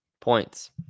Points